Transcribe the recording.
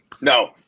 No